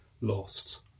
lost